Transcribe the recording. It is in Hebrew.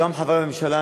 גם חברי הממשלה,